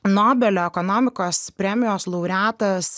nobelio ekonomikos premijos laureatas